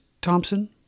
Thompson